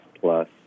Plus